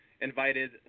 invited